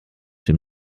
dem